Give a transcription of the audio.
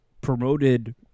promoted